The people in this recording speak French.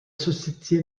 société